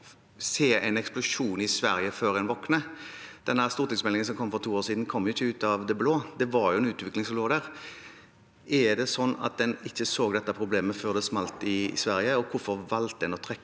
se en eksplosjon i Sverige før en våkner? Denne stortingsmeldingen som kom for to år siden, kom ikke ut av det blå, det var jo en utvikling som lå der. Så en ikke dette problemet før det smalt i Sverige? Og hvorfor valgte en å trekke